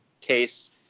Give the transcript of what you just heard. case